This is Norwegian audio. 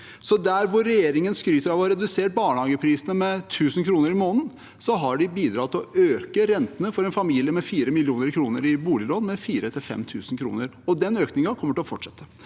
Der hvor regjeringen skryter av å ha redusert barnehageprisene med 1 000 kr i måneden, har de bidratt til å øke rentene for en familie med 4 mill. kr i boliglån med 4 000–5 000 kr, og den økningen kommer til å fortsette.